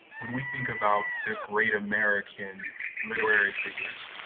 when we think about the great american literary figures,